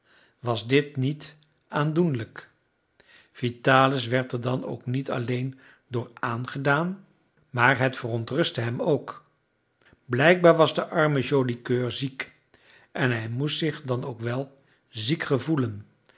was dit niet aandoenlijk vitalis werd er dan ook niet alleen door aangedaan maar het verontrustte hem ook blijkbaar was de arme joli coeur ziek en hij moest zich dan ook wel ziek gevoelen